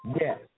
Yes